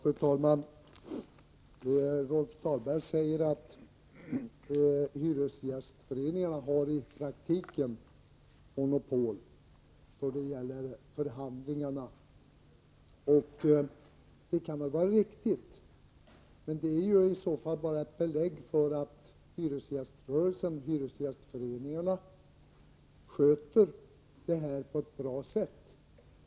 Fru talman! Rolf Dahlberg säger att hyresgästföreningarna i praktiken nästan har monopol när det gäller förhandlingarna, och det kan väl vara riktigt. Men det är i så fall bara ett belägg för att hyresgäströrelsen, hyresgästföreningarna, sköter det här på ett bra sätt.